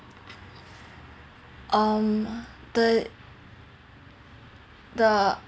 um the the